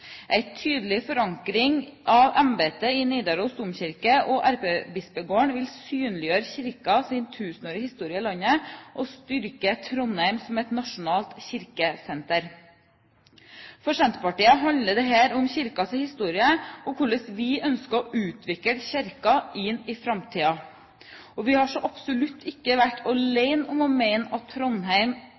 tydelig forankring av embetet i Nidaros domkirke og Erkebispegården vil synliggjøre Kirkens tusenårige historie i landet og styrke Trondheim som et nasjonalt kirkesenter. For Senterpartiet handler dette om Kirkens historie, og om hvordan vi ønsker å utvikle Kirken inn i framtiden. Vi har så absolutt ikke vært alene om å mene at Trondheim